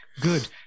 good